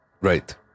Right